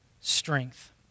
strength